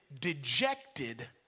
dejected